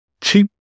cheap